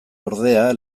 ordea